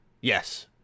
yes